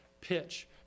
pitch